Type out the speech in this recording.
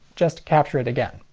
just capture it again.